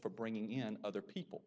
for bringing in other people